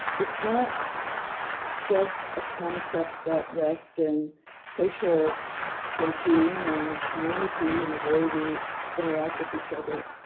it's not just a concept that rests in social thinking and community and the way we interact with each other.